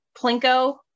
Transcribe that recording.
Plinko